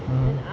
mm